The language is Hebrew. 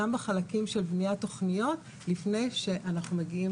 גם על החלקים של בניית תכניות לפני שאנחנו מגיעים